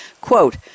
quote